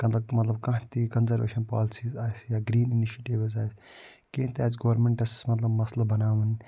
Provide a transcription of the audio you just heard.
مطلب مطلب کانٛہہ تہِ یہِ کَنزَرویشَن پالسیٖز آسہِ یا گرٛیٖن اِنِشیٹِوٕز آسہِ کیٚنٛہہ تہِ آسہِ گورمٮ۪نٛٹس مطلب مسلہٕ بَناوُن